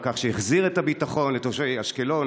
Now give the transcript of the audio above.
על כך שהחזיר את הביטחון לתושבי אשקלון,